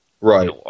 right